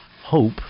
hope